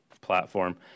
platform